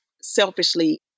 selfishly